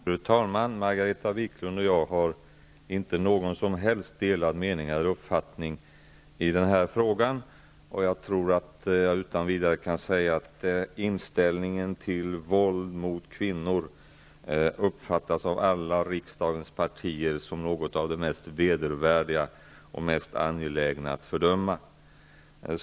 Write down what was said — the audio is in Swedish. Fru talman! Margareta Viklund och jag har inte någon som helst delad mening eller uppfattning i den här frågan. Jag tror att jag utan vidare kan säga att våld mot kvinnor uppfattas av alla riksdagens partier som något av det mest vedervärdiga och mest angelägna att fördöma.